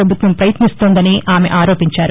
ప్రభుత్వం ప్రపయత్నిస్తోందని ఆమె ఆరోపించారు